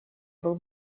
был